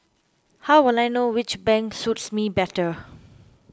how will I know which bank suits me better